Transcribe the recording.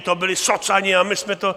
To byli socani a my jsme to...